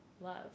love